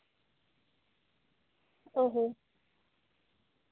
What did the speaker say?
ᱚ ᱦᱚᱸ